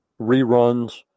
reruns